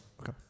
okay